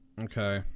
okay